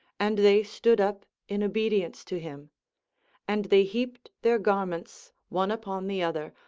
and they stood up in obedience to him and they heaped their garments, one upon the other,